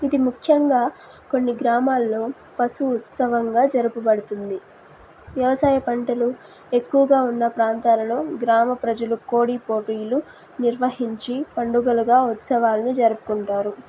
ఇది ముఖ్యంగా కొన్ని గ్రామాల్లో పశు ఉత్సవంగా జరుపబడుతుంది వ్యవసాయ పంటలు ఎక్కువగా ఉన్న ప్రాంతాలలో గ్రామ ప్రజలు కోడి పోటీలు నిర్వహించి పండుగలుగా ఉత్సవాలను జరుపుకుంటారు